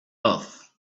earth